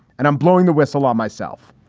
and i'm blowing the whistle on myself.